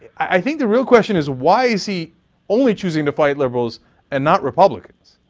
i think the real question is why is he only choosing to fight liberals and not republicans?